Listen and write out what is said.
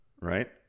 Right